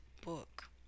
book